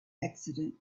accident